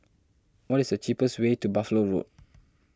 what is the cheapest way to Buffalo Road